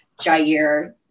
Jair